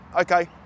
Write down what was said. okay